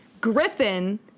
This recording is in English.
Griffin